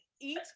eat